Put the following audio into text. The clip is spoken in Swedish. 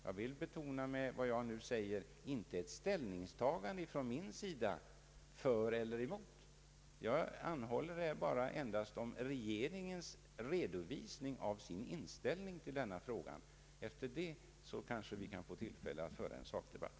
Jag vill betona att vad jag nu säger inte är ett ställningstagande från min sida för eller emot. Jag anhåller här endast om regeringens redovisning av sin inställning i denna fråga. Efter den kanske vi får tillfälle att föra en sakdebatt.